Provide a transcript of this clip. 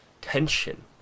tension